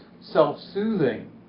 self-soothing